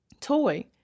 Toy